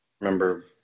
remember